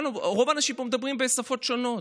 רוב האנשים פה מדברים בשפות שונות,